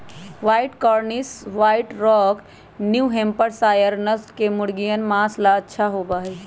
white cornish, white rock, New Hampshire नस्ल के मुर्गियन माँस ला अच्छा होबा हई